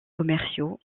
commerciaux